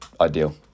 ideal